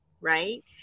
right